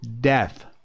death